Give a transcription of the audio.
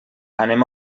anem